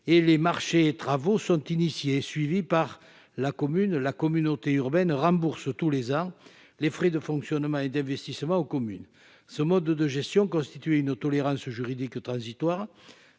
et les marchés travaux sont initiés, suivi par la commune, la communauté urbaine rembourse tous les ans les frais de fonctionnement et d'investissement aux Communes ce mode de gestion constituer une tolérance juridique transitoire